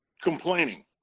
complaining